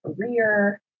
career